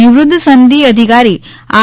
નિવૃત્ત સનદી અધિકારી આર